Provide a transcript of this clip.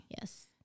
Yes